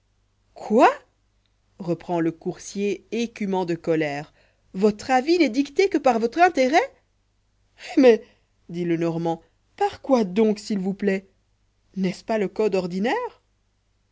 quoi reprend le coursier écumant de colère votre avis nest dicté que par votre intérêt eh mais dit le normand par quoi donc s'il vous plaît n'est-ce pasle code